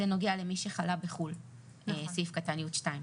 זה נוגע למי שחלה בחו"ל, סעיף קטן (י2).